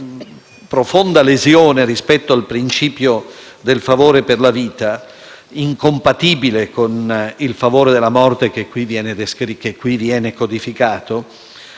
profonda lesione rispetto al principio del favore per la vita, incompatibile con il favore per la morte che qui viene codificato,